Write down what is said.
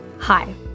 Hi